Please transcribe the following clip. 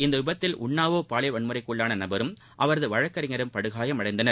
இந்தவிபத்தில்உன்னவோபாலியல்வன்முறைக்குள்ளானநபரும்அவரதுவழக்கறிஞரும்படுகாயம டைந்தனர்